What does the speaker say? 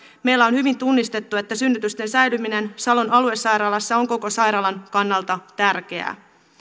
meillä on hyvin tunnistettu että synnytysten säilyminen salon aluesairaalassa on koko sairaalan kannalta tärkeää